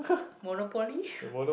monopoly